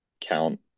count